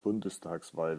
bundestagswahl